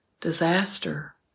disaster